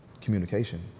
communication